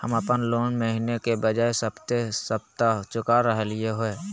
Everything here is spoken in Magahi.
हम अप्पन लोन महीने के बजाय सप्ताहे सप्ताह चुका रहलिओ हें